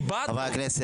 איבדנו.